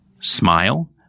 Smile